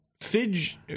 Fidge